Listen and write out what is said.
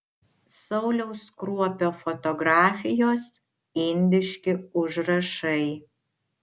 sauliaus kruopio fotografijos indiški užrašai